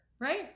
Right